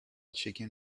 chicken